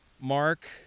Mark